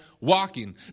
walking